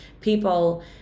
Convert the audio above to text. people